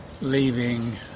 leaving